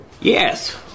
Yes